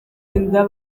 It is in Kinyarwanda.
inda